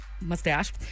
mustache